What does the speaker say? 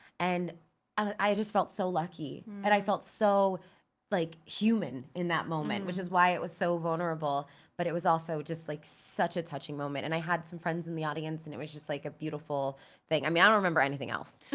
and i just felt so lucky and i felt so like human in that moment which is why it was so vulnerable but it was also just like such a touching moment and i had some friends in the audience and it was just like a beautiful thing. i mean, i don't remember anything else.